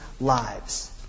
lives